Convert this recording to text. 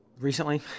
recently